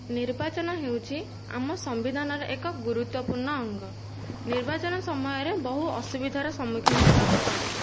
ନିର୍ବାଚନ ହେଉଛି ଆମ ସମ୍ବିଧାନର ଏକ ଗୁରୁତ୍ୱପୂର୍ଣ୍ଣ ଅଙ୍ଗ ନିର୍ବାଚନ ସମୟରେ ବହୁ ଅସୁବିଧାର ସମ୍ମୁଖୀନ ହେବାକୁ ପଡ଼େ